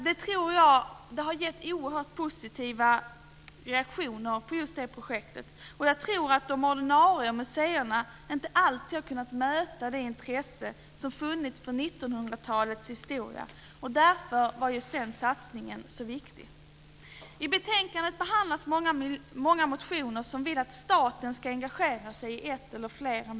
Det har gett oerhört positiva reaktioner. Jag tror att de ordinarie museerna inte alltid har kunnat möta det intresse som funnits för 1900-talets historia, och därför var denna satsning viktig. I betänkandet behandlas många motioner med krav på att staten ska engagera sig i ett museum eller flera.